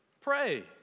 pray